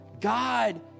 God